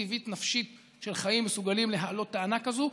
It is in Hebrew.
טבעית נפשית של חיים מסוגלים להעלות טענה כזאת.